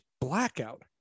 blackout